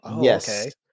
Yes